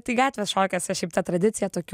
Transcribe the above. tai gatvės šokiuose šiaip ta tradicija tokių